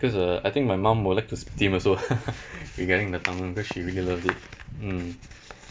cause uh I think my mum would like to speak to him also regarding the tang hoon cause she really loved it mm